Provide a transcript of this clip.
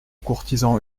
courtisan